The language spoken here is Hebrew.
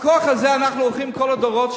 בכוח הזה אנחנו הולכים כל הדורות,